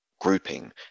grouping